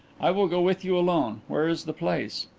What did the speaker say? i will go with you alone. where is the place?